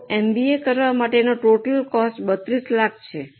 તો એમબીએ કરવા માટેનો ટોટલ કોસ્ટ 32 લાખ છે